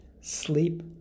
Sleep